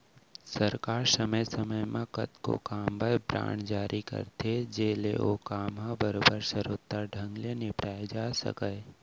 सरकार समे समे म कतको काम बर बांड जारी करथे जेकर ले ओ काम ह बरोबर सरोत्तर ढंग ले निपटाए जा सकय